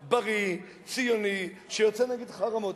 בריא, ציוני, שיוצא נגד חרמות.